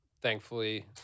thankfully